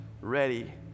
ready